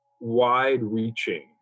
wide-reaching